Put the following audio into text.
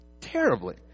Terribly